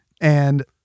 And-